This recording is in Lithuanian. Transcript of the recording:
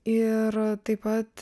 ir taip pat